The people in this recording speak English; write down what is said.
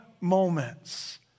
Moments